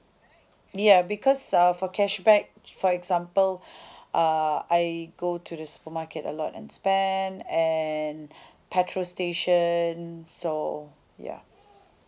ya because uh for cashback for example uh I go to the supermarket a lot and spend and petrol station so ya